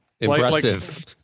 impressive